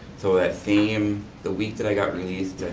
so that same, the week that i got released,